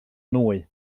nwy